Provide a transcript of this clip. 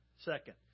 Second